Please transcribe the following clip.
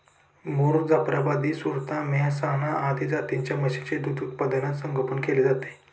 मुर, जाफराबादी, सुरती, मेहसाणा आदी जातींच्या म्हशींचे दूध उत्पादनात संगोपन केले जाते